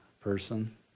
person